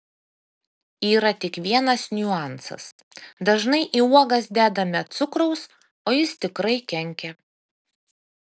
yra tik vienas niuansas dažnai į uogas dedame cukraus o jis tikrai kenkia